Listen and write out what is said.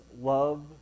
love